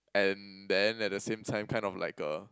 and then at the same time kind of like a